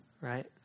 Right